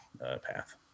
path